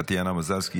טטיאנה מזרסקי,